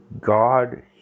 God